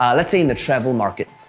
ah let's say in the travel market.